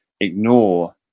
ignore